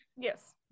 Yes